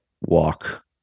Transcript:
walk